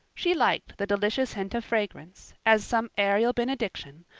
she liked the delicious hint of fragrance, as some aerial benediction,